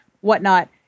whatnot